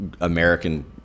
American